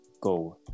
go